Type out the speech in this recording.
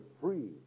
free